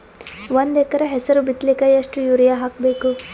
ಒಂದ್ ಎಕರ ಹೆಸರು ಬಿತ್ತಲಿಕ ಎಷ್ಟು ಯೂರಿಯ ಹಾಕಬೇಕು?